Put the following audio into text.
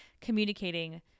communicating